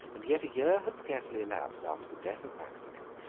and yet a year had scarcely elapsed after the death of maximin,